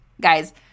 Guys